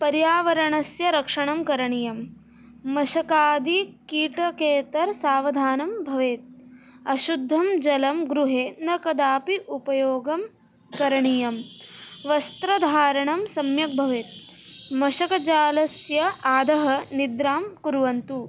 पर्यावरणस्य रक्षणं करणीयं मशकादिकीटकेतरे सावधानं भवेत् अशुद्धं जलं गृहे न कदापि उपयोगं करणीयं वस्त्रधारणं सम्यक् भवेत् मशकजालस्य अधः निद्रां कुर्वन्तु